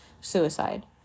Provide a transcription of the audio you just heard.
suicide